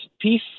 peace